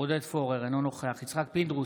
עודד פורר, אינו נוכח יצחק פינדרוס,